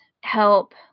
help